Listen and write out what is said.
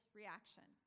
reaction